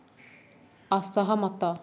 ଅସହମତ